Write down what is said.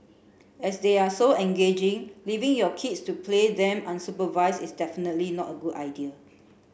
as they are so engaging leaving your kids to play them unsupervised is definitely not a good idea